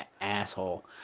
asshole